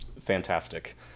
fantastic